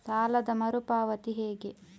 ಸಾಲದ ಮರು ಪಾವತಿ ಹೇಗೆ?